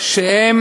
שהם